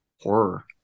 horror